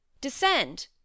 Descend